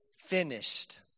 finished